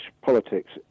politics